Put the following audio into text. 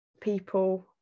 people